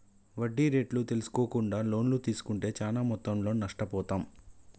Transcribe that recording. వడ్డీ రేట్లు తెల్సుకోకుండా లోన్లు తీస్కుంటే చానా మొత్తంలో నష్టపోతాం